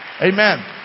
Amen